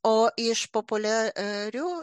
o iš populiarių